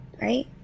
right